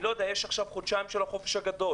יש לנו חודשיים של החופש הגדול.